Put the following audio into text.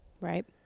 Right